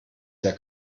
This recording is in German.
der